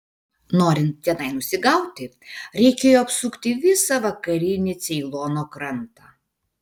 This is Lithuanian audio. norint tenai nusigauti reikėjo apsukti visą vakarinį ceilono krantą